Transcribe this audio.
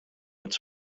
its